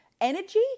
energy